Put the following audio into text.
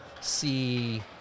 see